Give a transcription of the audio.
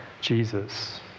Jesus